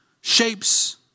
shapes